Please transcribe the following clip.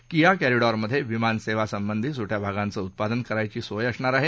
KIA corridor मध्ये विमान सेवा संबंधी सुट्याभागांचे उत्पादन करण्याची सोय असणार आहे